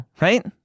right